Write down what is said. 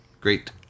Great